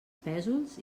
pèsols